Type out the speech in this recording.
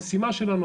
המשימה שלנו,